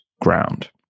ground